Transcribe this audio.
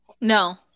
No